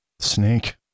Snake